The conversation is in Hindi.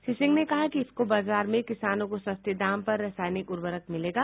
श्री सिंह ने कहा कि इफको बाजार में किसानों को सस्ते दाम पर रासायनिक उर्वरक मिलेगा